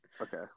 Okay